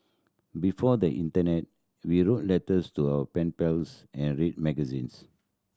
before the internet we wrote letters to our pen pals and read magazines